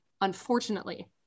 Unfortunately